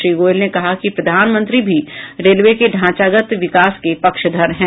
श्री गोयल ने कहा कि प्रधानमंत्री भी रेलवे के ढांचागत विकास के पक्षधर हैं